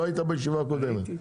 לא היית בישיבה הקודמת.